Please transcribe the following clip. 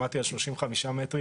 שמעתי על 35 מטרים,